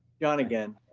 john again.